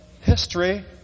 history